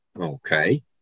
Okay